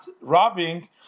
robbing